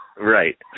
Right